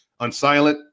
unsilent